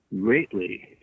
greatly